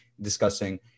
discussing